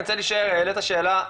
אני רוצה להישאר בשאלה שהעלית,